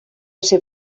ser